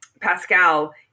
Pascal